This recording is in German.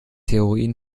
heroin